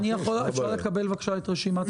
אני יכול לקבל את הרשימה?